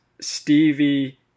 Stevie